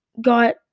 got